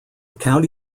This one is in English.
county